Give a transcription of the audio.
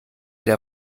der